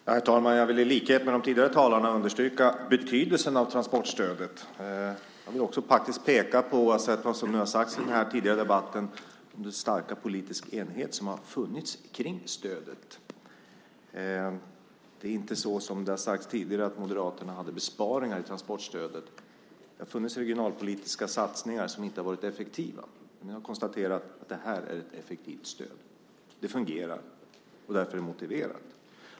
Herr talman! Jag vill i likhet med de tidigare talarna understryka betydelsen av transportstödet. Jag vill också faktiskt peka på det som har tagits upp tidigare i den här debatten, nämligen den starka politiska enighet som har funnits kring stödet. Det är inte så som har sagts tidigare att Moderaterna hade besparingar i transportstödet. Det har funnits regionalpolitiska satsningar som inte har varit effektiva, men vi har konstaterat att det här är ett effektivt stöd. Det fungerar, och därför är det motiverat.